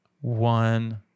one